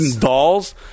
dolls